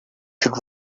should